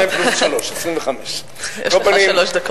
22 פלוס שלוש, 25. יש לך שלוש דקות.